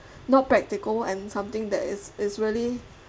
not practical and something that is is really